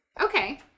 Okay